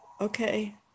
Okay